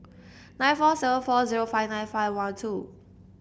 nine four seven four zero five nine five one two